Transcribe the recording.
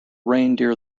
reindeer